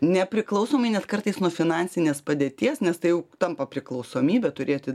nepriklausomai net kartais nuo finansinės padėties nes tai jau tampa priklausomybe turėti